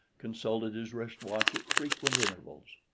consulted his wrist-watch at frequent intervals.